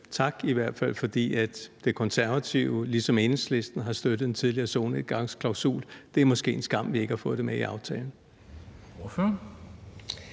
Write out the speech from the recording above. men i hvert fald tak, fordi De Konservative ligesom Enhedslisten har støttet en tidligere solnedgangsklausul. Det er måske en skam, at vi ikke har fået det med i aftalen.